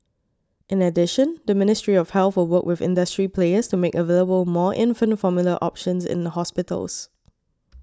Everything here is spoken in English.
in addition the Ministry of Health will work with industry players to make available more infant formula options in a hospitals